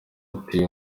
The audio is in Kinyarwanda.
ati